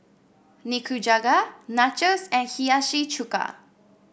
Nikujaga Nachos and Hiyashi Chuka